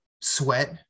sweat